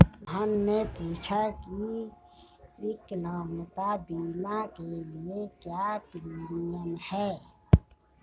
मोहन ने पूछा की विकलांगता बीमा के लिए क्या प्रीमियम है?